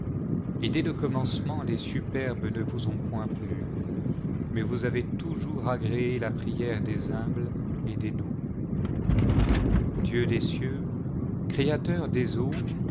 et dès le commencement les superbes ne vous ont point plu mais vous avez toujours agréé la prière des humbles et des doux dieu des cieux créateur des eaux